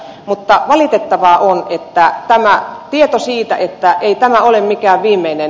mutta valitettavaa on tämä tieto siitä että ei tämä ole mikään viimeinen